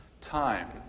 time